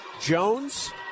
Jones